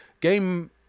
game